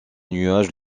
nuages